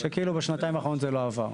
שכאילו בשנתיים האחרונות זה לא עבר.